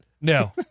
No